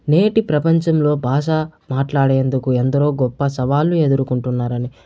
నేటి ప్రపంచంలో భాష మాట్లాడేందుకు ఎందరో గొప్ప సవాళ్ళు ఎదుర్కొంటున్నారని